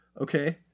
Okay